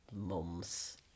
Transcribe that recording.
mums